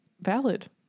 valid